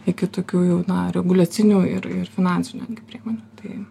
iki tokių jau na reguliacinių ir ir finansinių netgi priemonių tai